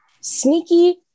sneaky